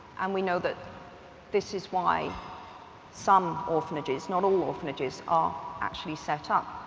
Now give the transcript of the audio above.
and we know that this is why some orphanages, not all orphanages, are actually set up.